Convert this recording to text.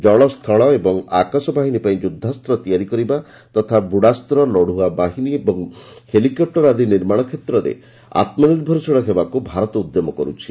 ଜଳ ସ୍ଥଳ ଓ ଆକାଶବାହିନୀ ପାଇଁ ଯୁଦ୍ଧାସ୍ତ ତିଆରି କରିବା ତଥା ବୁଡ଼ାସ୍ତ୍ର ଲଡୁଆ ବିମାନ ଓ ହେଲିକପ୍ଟର ଆଦି ନିର୍ମାଣ କ୍ଷେତ୍ରରେ ଆତ୍କନିର୍ଭରଶୀଳ ହେବାକୁ ଭାରତ ଉଦ୍ୟମ କରୁଛି